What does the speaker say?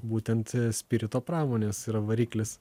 būtent spirito pramonės yra variklis